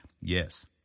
yes